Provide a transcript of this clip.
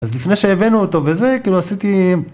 אז לפני שהבאנו אותו וזה כאילו עשיתי.